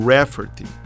Rafferty